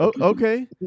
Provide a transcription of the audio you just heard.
Okay